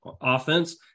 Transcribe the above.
offense